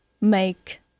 make